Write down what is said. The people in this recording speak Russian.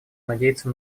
надеяться